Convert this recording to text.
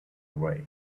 away